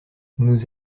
nous